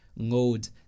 load